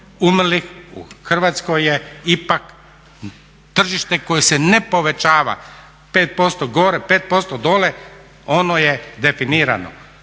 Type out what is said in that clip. u Hrvatskoj je ipak tržište koje se ne povećava, 5% gore, 5% dolje ono je definirano.